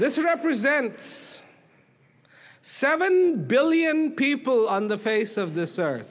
this represents seven billion people on the face of this